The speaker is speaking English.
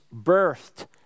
birthed